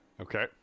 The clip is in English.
Okay